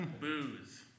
Booze